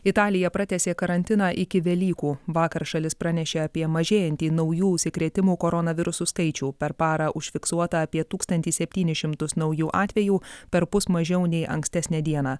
italija pratęsė karantiną iki velykų vakar šalis pranešė apie mažėjantį naujų užsikrėtimo koronavirusu skaičių per parą užfiksuota apie tūkstantį septynis šimtus naujų atvejų perpus mažiau nei ankstesnę dieną